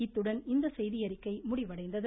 இத்துடன் இந்த செய்தியறிக்கை முடிவடைந்தது